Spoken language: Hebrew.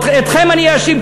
אתכם אני אאשים.